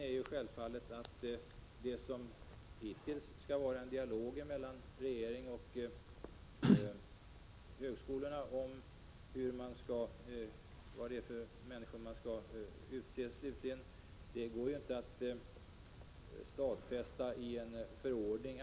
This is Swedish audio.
Avsikten är självfallet att det, som hittills, skall föras en dialog mellan regeringen och högskolorna om vilka personer som slutligen skall utses. Det går inte att exakt stadfästa detta i en förordning.